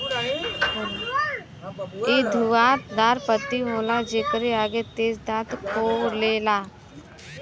इ घुमाव दार पत्ती होला जेकरे आगे तेज दांत होखेला